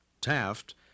Taft